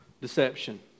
Deception